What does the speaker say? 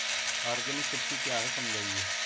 Organic कृषि क्या है समझाइए?